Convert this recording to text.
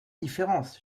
différence